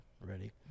ready